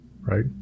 right